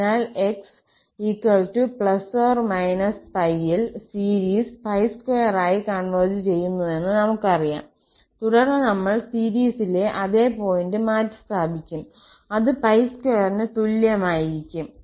അതിനാൽ 𝑥 ± ൽ സീരീസ് 2 ആയി കോൺവെർജ് ചെയ്യുന്നുവെന്ന് നമുക്കറിയാം തുടർന്ന് നമ്മൾ സീരീസിലെ അതേ പോയിന്റ് മാറ്റിസ്ഥാപിക്കും അത് 2 ന് തുല്യമായിരിക്കും